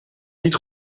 niet